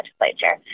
legislature